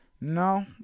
no